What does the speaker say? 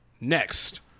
Next